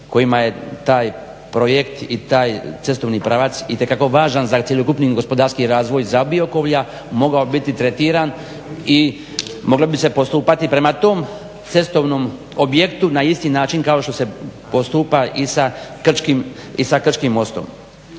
kojima je taj projekt i taj cestovni pravac itekako važan za cjelokupni gospodarski razvoj za Biokovlja mogao biti tretiran i moglo bi se postupati prema tom cestovnom objektu na isti način kao što se i postupa i sa Krčkim mostom.